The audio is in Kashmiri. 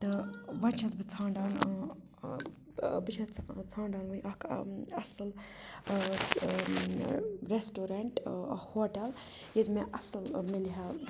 تہٕ وۄنۍ چھَس بہٕ ژھانڈان بہٕ چھَس ژھانڈان وٕنۍ اَکھ اَصٕل ریسٹورَنٛٹ ہوٹَل ییٚتہِ مےٚ اَصٕل مِلہِ ہا